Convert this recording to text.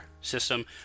system